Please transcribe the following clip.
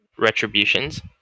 Retributions